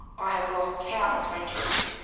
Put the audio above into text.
i have lost countless friendships,